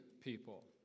People